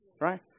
right